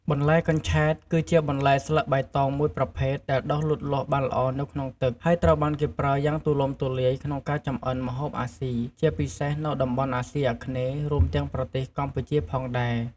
បន្លែកញ្ឆែត គឺជាបន្លែស្លឹកបៃតងមួយប្រភេទដែលដុះលូតលាស់បានល្អនៅក្នុងទឹក ហើយត្រូវបានគេប្រើយ៉ាងទូលំទូលាយក្នុងការចម្អិនម្ហូបអាស៊ី ជាពិសេសនៅតំបន់អាស៊ីអាគ្នេយ៍ រួមទាំងប្រទេសកម្ពុជាផងដែរ។